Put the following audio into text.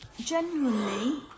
genuinely